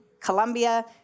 Colombia